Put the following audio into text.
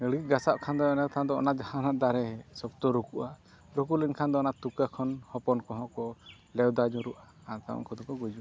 ᱜᱷᱟᱥᱟᱜ ᱠᱷᱟᱱ ᱫᱚᱭ ᱚᱱᱟ ᱡᱟᱦᱟᱸ ᱫᱟᱨᱮ ᱥᱚᱠᱛᱚ ᱨᱩᱠᱩᱜᱼᱟ ᱨᱩᱠᱩ ᱞᱮᱱᱠᱷᱟᱱ ᱫᱚ ᱚᱱᱟ ᱛᱩᱠᱟᱹ ᱠᱷᱚᱱ ᱦᱚᱯᱚᱱ ᱠᱚᱦᱚᱸ ᱠᱚ ᱞᱮᱵᱫᱟ ᱧᱩᱨᱩᱜᱼᱟ ᱟᱨ ᱩᱱᱠᱩ ᱫᱚᱠᱚ ᱜᱩᱡᱩᱜᱼᱟ